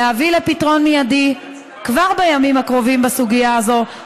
להביא לפתרון מיידי כבר בימים הקרובים בסוגיה הזאת,